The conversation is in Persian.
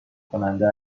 کننده